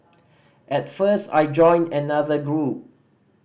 at first I joined another group